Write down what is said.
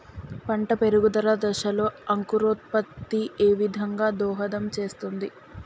పంట పెరుగుదల దశలో అంకురోత్ఫత్తి ఏ విధంగా దోహదం చేస్తుంది?